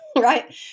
right